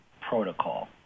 protocol